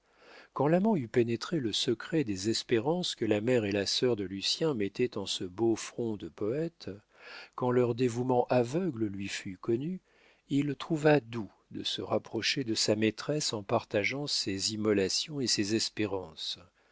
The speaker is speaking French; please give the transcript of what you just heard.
quand l'amant eut pénétré le secret des espérances que la mère et la sœur de lucien mettaient en ce beau front de poète quand leur dévouement aveugle lui fut connu il trouva doux de se rapprocher de sa maîtresse en partageant ses immolations et ses espérances